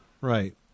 right